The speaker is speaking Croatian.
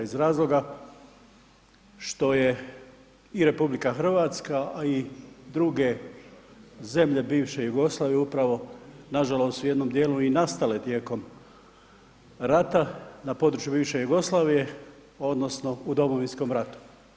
Iz razloga što je i RH, a i druge zemlje bivše Jugoslavije upravo nažalost u jednom dijelu i nastale tijekom rata na području bivše Jugoslavije odnosno u Domovinskom ratu.